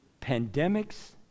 pandemics